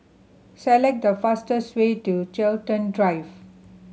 select the fastest way to Chiltern Drive